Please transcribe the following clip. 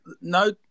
no